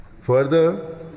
Further